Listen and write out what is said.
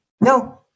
No